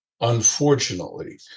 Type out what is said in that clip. unfortunately